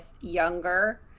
younger